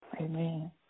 Amen